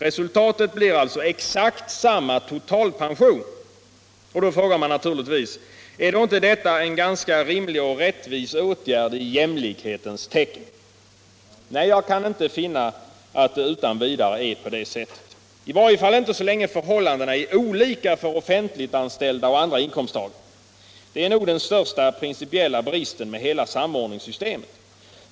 Resultatet blir alltså exakt samma totalpension. Då frågar man naturligtvis: Är inte detta en ganska rimlig och rättvis åtgärd i jämlikhetens tecken? Nej, jag kan inte utan vidare finna det, i varje fall inte så länge förhållandena är olika för offentliganställda och andra inkomsttagare. Det är nog den största principiella bristen med hela samordningssystemet.